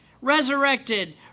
resurrected